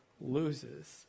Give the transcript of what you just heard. loses